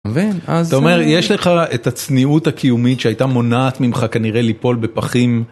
אתה מבין? אז אה.. אתה אומר, יש לך את הצניעות הקיומית שהייתה מונעת ממך כנראה ליפול בפחים?